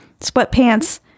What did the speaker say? sweatpants